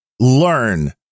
learn